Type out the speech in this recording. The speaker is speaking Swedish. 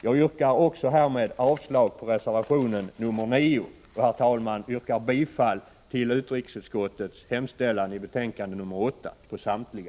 Jag yrkar härmed också avslag på reservation nr 9 och bifall till utrikesutskottets hemställan på samtliga punkter i betänkande nr 8.